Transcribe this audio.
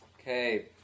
Okay